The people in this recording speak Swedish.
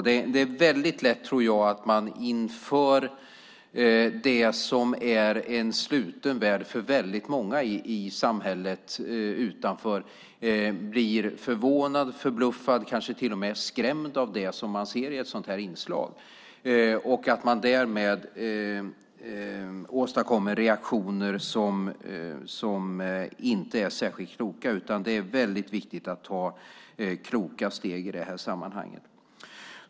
Jag tror att det är lätt att man inför det som är en sluten värld för många i samhället utanför blir förvånad, förbluffad och kanske till och med skrämd av det som man ser i ett sådant här inslag och att det därmed åstadkommer reaktioner som inte är särskilt kloka. Det är därför viktigt att ta kloka steg i det här sammanhanget.